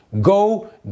Go